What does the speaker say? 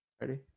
Ready